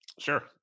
Sure